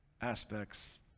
aspects